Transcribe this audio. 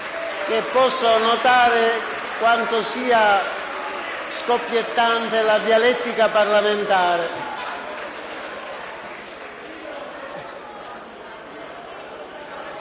che possono notare quanto sia scoppiettante la dialettica parlamentare.